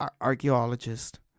archaeologist